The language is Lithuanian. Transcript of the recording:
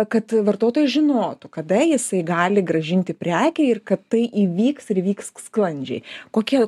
kad vartotojas žinotų kada jisai gali grąžinti prekę ir kad tai įvyks ir įvyks sklandžiai kokie